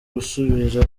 gusubira